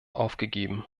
aufgegeben